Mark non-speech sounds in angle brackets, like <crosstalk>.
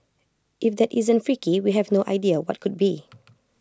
if that isn't freaky we have no idea what could be <noise>